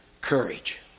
Courage